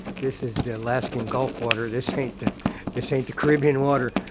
this is the alaskan gulf water this ain't this ain't the caribbean water.